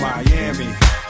Miami